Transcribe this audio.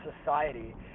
Society